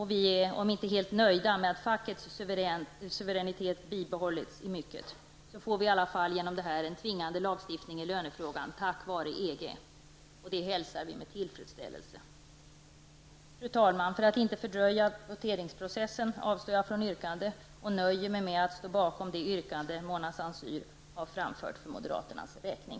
Även om vi inte är helt nöjda med att fackets suveränitet bibehålls i mycket, får vi dock en tvingande lagstiftning i lönefrågan tack vare EG. Det hälsar vi med tillfredsställelse. Fru talman! För att inte förlänga voteringsprocessen avstår jag från att ställa något eget yrkande utan nöjer mig med att ställa mig bakom det yrkande Mona Saint Cyr har framställt för moderaternas räkning.